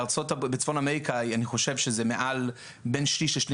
בצפון אמריקה אני חושב שבין שליש לשני